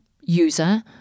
user